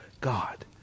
God